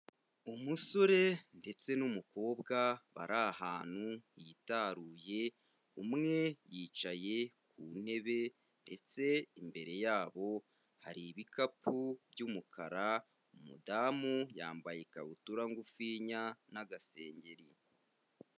Umusore ndetse n'umukobwa bari ahantu hitaruye, umwe yicaye ku ntebe ndetse imbere yabo hari ibikapu by'umukara, umudamu yambaye ikabutura ngufinya n'agasengeri.